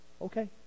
okay